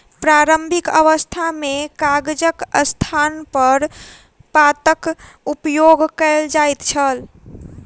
प्रारंभिक अवस्था मे कागजक स्थानपर पातक उपयोग कयल जाइत छल